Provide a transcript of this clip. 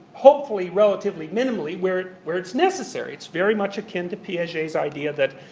hopefully relatively minimally, where where it's necessary. it's very much akin to piaget's idea that